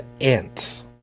ants